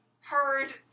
heard